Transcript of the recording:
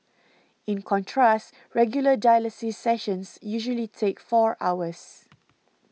in contrast regular dialysis sessions usually take four hours